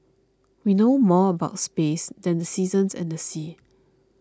we know more about space than the seasons and the seas